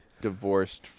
divorced